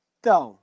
Então